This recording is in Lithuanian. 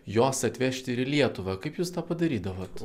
juos atvežt ir į lietuvą kaip jūs tą padarydavot